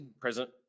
present